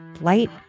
Light